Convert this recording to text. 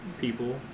people